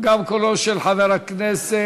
גם קולו של חבר הכנסת